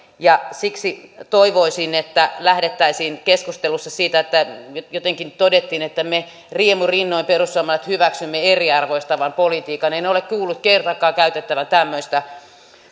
siksi toivoisin että lähdettäisiin keskustelussa siitä jotenkin todettiin että me perussuomalaiset riemurinnoin hyväksymme eriarvoistavan politiikan ja en ole kuullut kertaakaan käytettävän tämmöistä